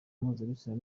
mpuzabitsina